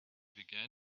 began